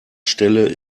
stelle